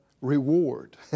reward